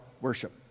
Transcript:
worship